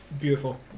Beautiful